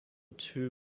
two